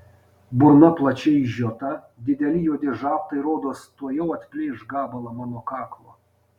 burna plačiai išžiota dideli juodi žabtai rodos tuojau atplėš gabalą mano kaklo